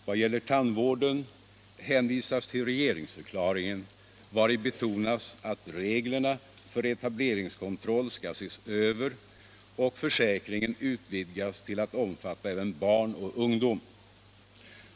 Beträffande tandvården hänvisas till regeringsförklaringen, vari betonas att reglerna för etableringskontroll skall ses över och försäkringen utvidgas till att omfatta även barn och ungdom.